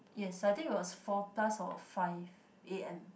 yes I think it was four plus or five a_m